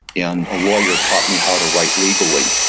and a lawyer taught me how to write legally.